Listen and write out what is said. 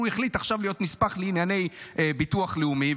הוא החליט עכשיו להיות נספח לענייני ביטוח לאומי,